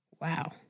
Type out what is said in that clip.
Wow